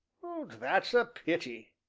that's a pity,